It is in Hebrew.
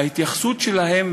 ההתייחסות שלהם,